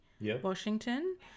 washington